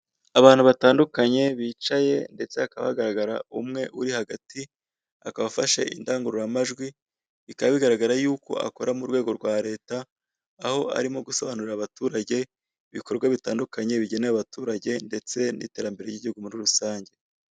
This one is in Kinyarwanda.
Abantu batandukanye bicaye ndetse hakaba hagaragara umwe uri hagati, akaba afashe indangururamajwi, bikaba bigaragara yuko akora mu rwego rwa leta aho arimo gusobanurira abaturage, ibikorwa bitandukanye bigenewe abaturage, ndetse n'iterambere ry'igihugu muri rusange.